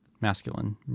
masculine